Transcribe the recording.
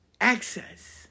access